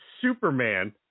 Superman